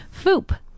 Foop